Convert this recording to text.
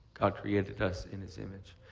god created the dust in his image.